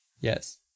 Yes